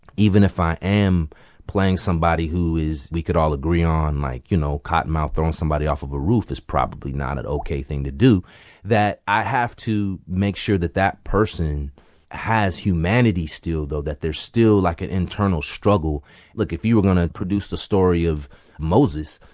even if i am playing somebody who is we could all agree on, like, you know, cottonmouth throwing somebody off of a roof is probably not an ok thing to do that i have to make sure that that person has humanity still, though, that there's still, like, an internal struggle look, if you were going to produce the story of moses,